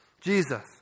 Jesus